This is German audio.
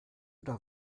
oder